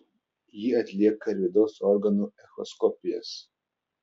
ji atlieka ir vidaus organų echoskopijas